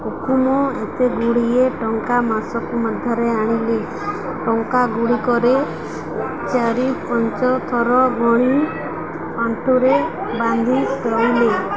କପନୋ ଏତେଗୁଡ଼ିଏ ଟଙ୍କା ମାସକୁ ମଧ୍ୟରେ ଆଣିଲେ ଟଙ୍କା ଗୁଡ଼ିକରେ ଚାରି ପଞ୍ଚଥର ଗଣି ଆଣ୍ଠୁରେ ବାନ୍ଧି ଦେଲି